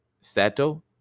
sato